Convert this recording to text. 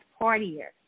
partier